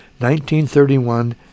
1931